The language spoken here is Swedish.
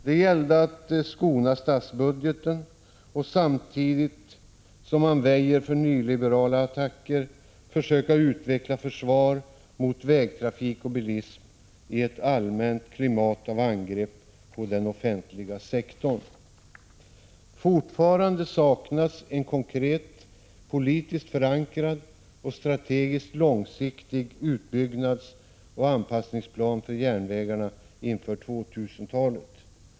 Det gäller att skona statsbudgeten och samtidigt som man väjer för nyliberala attacker försöka utveckla försvar mot vägtrafik och bilism i ett allmänt klimat av angrepp på den offentliga sektorn. Fortfarande saknas en konkret politiskt förankrad och strategiskt långsiktig utbyggnadsoch anpassningsplan för järnvägarna inför 2000-talet.